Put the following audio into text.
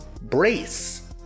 Brace